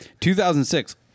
2006